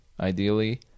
ideally